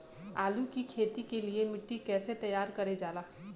आलू की खेती के लिए मिट्टी कैसे तैयार करें जाला?